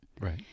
Right